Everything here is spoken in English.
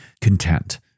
content